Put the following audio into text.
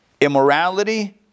immorality